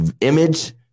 image